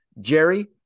Jerry